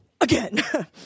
Again